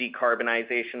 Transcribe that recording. decarbonization